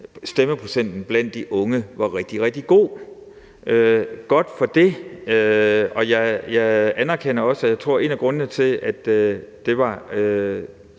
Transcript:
stemmeprocenten blandt de unge var rigtig, rigtig god. Godt for det! Jeg tror, at en af grundene til, at det var